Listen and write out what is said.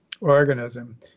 organism